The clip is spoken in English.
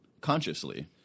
consciously